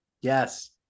yes